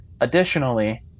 additionally